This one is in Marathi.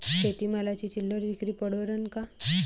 शेती मालाची चिल्लर विक्री परवडन का?